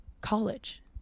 College